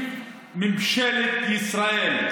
ממשלת ישראל.